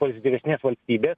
pozityvesnės valstybės